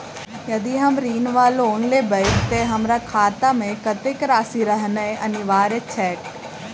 यदि हम ऋण वा लोन लेबै तऽ हमरा खाता मे कत्तेक राशि रहनैय अनिवार्य छैक?